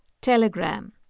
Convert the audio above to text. Telegram